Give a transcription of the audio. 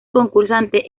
concursante